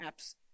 apps